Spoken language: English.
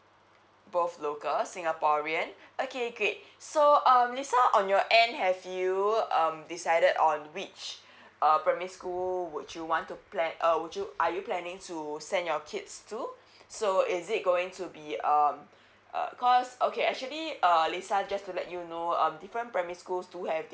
both locals singaporean okay great so um lisa on your end have you um decided on which err primary school would you want to plan uh would you are you planning to send your kids to so is it going to be um err because okay actually uh lisa just to let you know um different primary schools do have